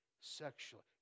sexually